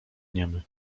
niem